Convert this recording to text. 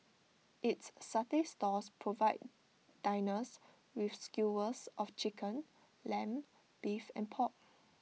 its satay stalls provide diners with skewers of Chicken Lamb Beef and pork